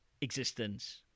existence